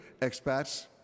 expats